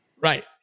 Right